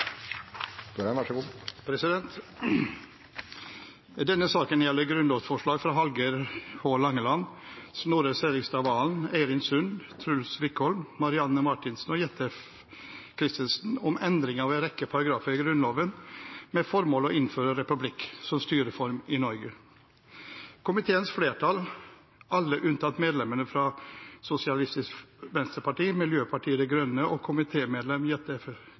god måte, så jeg slutter meg i stort til det. Flere har ikke bedt om ordet til sak nr. 6. Denne saken gjelder grunnlovsforslag fra Hallgeir H. Langeland, Snorre Serigstad Valen, Eirin Sund, Truls Wickholm, Marianne Marthinsen og Jette F. Christensen om endring av en rekke paragrafer i Grunnloven med formål å innføre republikk som styreform i Norge. Komiteens flertall, alle unntatt medlemmene fra Sosialistisk Venstreparti, Miljøpartiet De